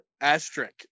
Asterisk